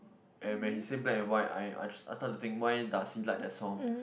and when he said black and white I I just I start to think why does he like that song